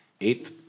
eighth